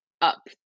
up